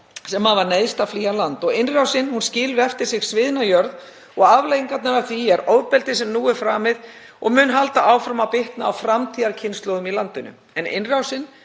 sem neyðst hafa til að flýja land. Innrásin skilur eftir sig sviðna jörð og afleiðingarnar af því er ofbeldi sem nú er framið og mun halda áfram að bitna á framtíðarkynslóðum í landinu. En innrásin